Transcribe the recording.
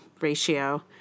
ratio –